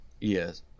yes